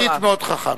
משפטית זה מאוד חכם.